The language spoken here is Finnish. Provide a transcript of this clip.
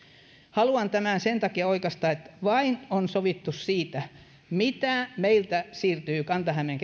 haluan tämän sen takia oikaista että vain on sovittu siitä mitä meiltä siirtyy kanta hämeen